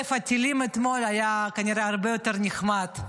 הטילים אתמול כנראה היה הרבה יותר נחמד.